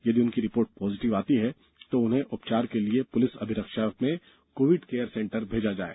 यदि उनकी report positive आती है तो उन्हे उपचार के लिए पुलिस अभिरक्षा में कोविड केयर सेण्टर भेजा जाये